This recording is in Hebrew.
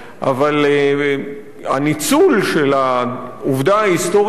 אבל הניצול של העובדה ההיסטורית הזאת